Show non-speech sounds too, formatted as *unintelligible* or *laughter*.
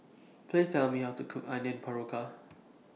Please Tell Me How to Cook Onion *unintelligible*